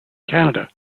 canada